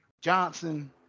Johnson